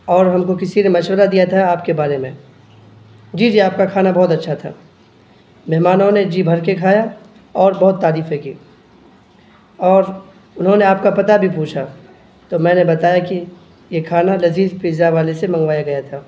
اور ہم کو کسی نے مشورہ دیا تھا آپ کے بارے میں جی جی آپ کا کھانا بہت اچھا تھا مہمانوں نے جی بھر کے کھایا اور بہت تعریفیں کیں اور انہوں نے آپ کا پتا بھی پوچھا تو میں نے بتایا کہ یہ کھانا لذیذ پزا والے سے منگوایا گیا تھا